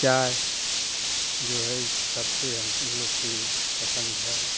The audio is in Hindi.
चाय जो है सबसे उन लोग की पसंद है